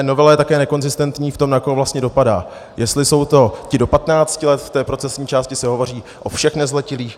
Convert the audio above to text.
Novela je také nekonzistentní v tom, na koho vlastně dopadá, jestli jsou to ti do 15 let v té procesní části se hovoří o všech nezletilých.